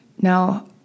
Now